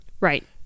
Right